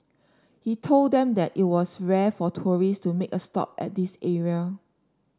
he told them that it was rare for tourist to make a stop at this area